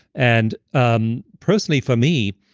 and um personally, for me,